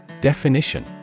Definition